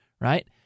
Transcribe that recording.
Right